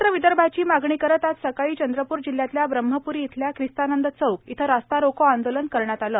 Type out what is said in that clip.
स्वतंत्र विदर्भाची मागणी करत आज सकाळी चंद्रपूर जिल्ह्यातल्या ब्रम्हपूरी इथल्या स्त्रिस्तानंद चौक इथं रास्ता रोको आंदोलन करण्यात आलं